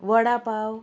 vada pav